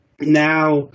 Now